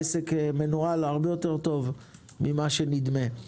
העסק מנוהל הרבה יותר טוב ממה שנדמה.